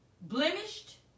blemished